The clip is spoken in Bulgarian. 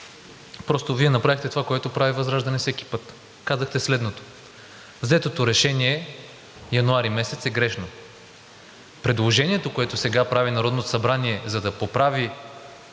Просто Вие направихте това, което ВЪЗРАЖДАНЕ прави всеки път – казахте следното: „Взетото решение през януари месец е грешно.“ Предложението, което сега прави Народното събрание, за да поправи